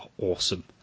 awesome